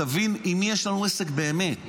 שתבין עם מי יש לנו עסק באמת,